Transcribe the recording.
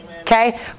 Okay